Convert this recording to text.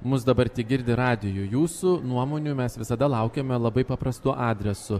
mus dabar tik girdi radiju jūsų nuomonių mes visada laukiame labai paprastu adresu